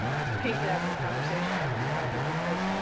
great to have this conversation with you pragya, because